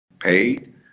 paid